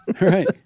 Right